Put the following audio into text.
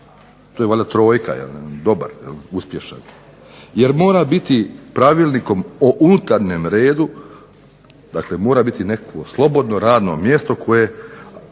To je valjda trojka, dobar, uspješan. Jer mora biti Pravilnikom o unutarnjem redu nekakvo slobodno radno mjesto koje